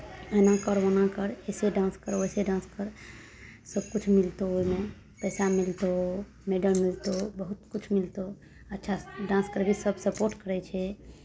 एना कर ओना कर अइसे डान्स कर वइसे डान्स कर सभकुछ मिलतौ ओहिमे पैसा मिलतौ मैडल मिलतौ बहुतकिछु मिलतौ अच्छा डान्स करबिही सभ सपोर्ट करै छै